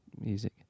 music